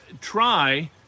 try